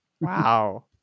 Wow